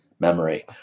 memory